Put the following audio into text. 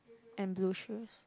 and blue shoes